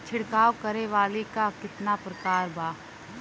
छिड़काव करे वाली क कितना प्रकार बा?